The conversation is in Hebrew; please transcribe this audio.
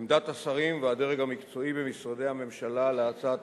עמדת השרים והדרג המקצועי במשרדי הממשלה להצעת